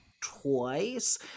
twice